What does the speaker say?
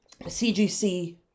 CGC